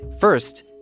First